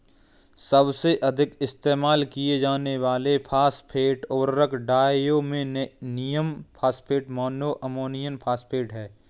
सबसे अधिक इस्तेमाल किए जाने वाले फॉस्फेट उर्वरक diammonium phosphate, mono ammonium phosphate हैं